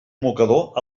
mocador